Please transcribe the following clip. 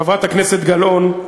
חברת הכנסת גלאון,